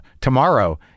tomorrow